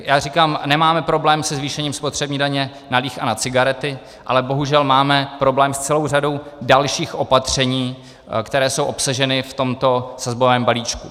Já říkám, nemáme problém se zvýšením spotřební daně na líh a cigarety, ale bohužel máme problém s celou řadou dalších opatření, která jsou obsažena v tomto sazbovém balíčku.